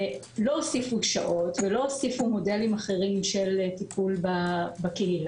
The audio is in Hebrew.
לא הוסיפו שעות ולא הוסיפו מודלים אחרים של טיפול בקהילה,